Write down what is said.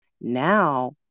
now